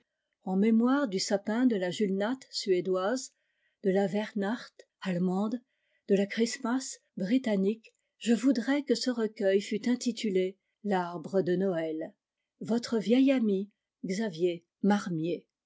en mémoire du sapin de la julnat suédoise de la weihnacht allemande de la christmas britannique je voudrais que ce recueil fût intitulé l'arbre de noël votre vieil ami